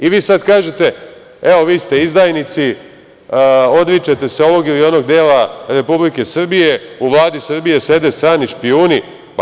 I vi sada kažete - vi ste izdajnici, odričete se ovog ili onog dela Republike Srbije, u Vladi Srbije sede strani špijuni.